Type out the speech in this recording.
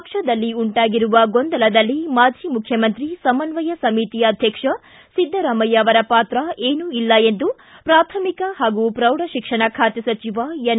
ಪಕ್ಷದಲ್ಲಿ ಉಂಟಾಗಿರುವ ಗೊಂದಲದಲ್ಲಿ ಮಾಜಿ ಮುಖ್ಯಮಂತ್ರಿ ಸಮನ್ವಯ ಸಮಿತಿ ಅಧ್ಯಕ್ಷ ಸಿದ್ದರಾಮಯ್ಯ ಅವರ ಪಾತ್ರ ಇಲ್ಲ ಎಂದು ಪ್ರಾಥಮಿಕ ಹಾಗೂ ಪ್ರೌಢ ಶಿಕ್ಷಣ ಖಾತೆ ಸಚವ ಎನ್